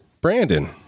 Brandon